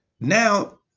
Now